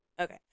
okay